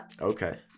Okay